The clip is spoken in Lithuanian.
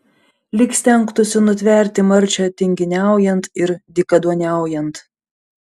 lyg stengtųsi nutverti marčią tinginiaujant ir dykaduoniaujant